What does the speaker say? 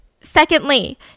Secondly